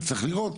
וצריך לראות,